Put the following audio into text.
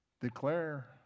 declare